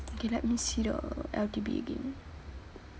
okay let me see the L_T_B again